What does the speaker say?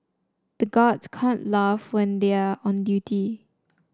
the guards can't laugh when they are on duty